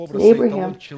Abraham